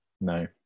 no